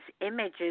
images